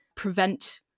prevent